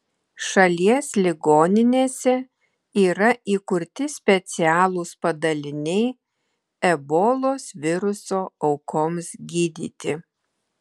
šalies ligoninėse yra įkurti specialūs padaliniai ebolos viruso aukoms gydyti